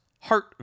heart